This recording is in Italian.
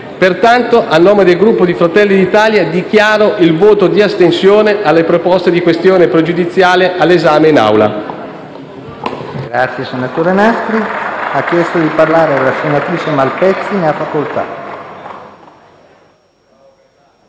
Pertanto, a nome del Gruppo Fratelli d'Italia preannuncio il voto di astensione alle proposte di questione pregiudiziale all'esame